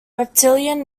reptilian